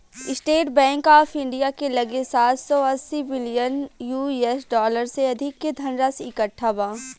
estate Bank of India के लगे सात सौ अस्सी बिलियन यू.एस डॉलर से अधिक के धनराशि इकट्ठा बा